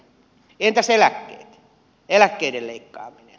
entäs eläkkeet eläkkeiden leikkaaminen